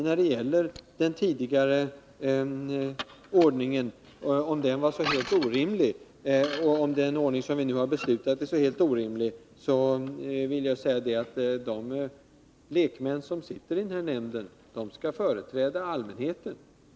När det gäller frågan om den ordning vi har fattat beslut om är orimlig, vill jag säga att de lekmän, politiker, som ingår i den här nämnden skall företräda allmänheten.